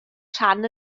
rhan